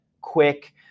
quick